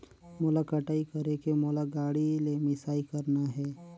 मोला कटाई करेके मोला गाड़ी ले मिसाई करना हे?